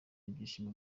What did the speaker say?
ibyishimo